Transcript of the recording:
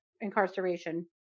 incarceration